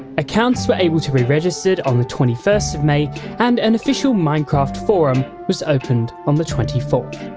accounts were able to be registered on the twenty first of may and an official minecraft forum was opened on the twenty fourth.